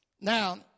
Now